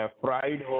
fried